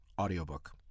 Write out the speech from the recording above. audiobook